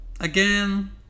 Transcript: again